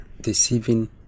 deceiving